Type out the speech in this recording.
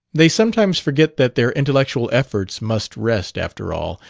they sometimes forget that their intellectual efforts must rest, after all,